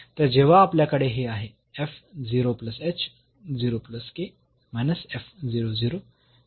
तर जेव्हा आपल्याकडे हे आहे हे 0 आहे